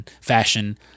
fashion